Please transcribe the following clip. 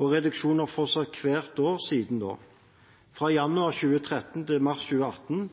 og reduksjonen har fortsatt hvert år siden da. Fra januar 2013 til mars 2018